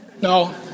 no